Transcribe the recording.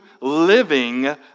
living